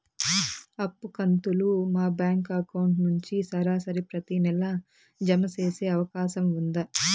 అప్పు కంతులు మా బ్యాంకు అకౌంట్ నుంచి సరాసరి ప్రతి నెల జామ సేసే అవకాశం ఉందా?